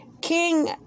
King